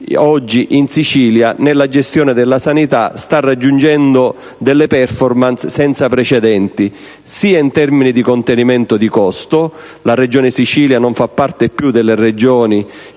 oggi in Sicilia, nella gestione della sanità, sta ottenendo delle *performance* senza precedenti, sia in termini di contenimento di costo (la regione Sicilia non fa parte più della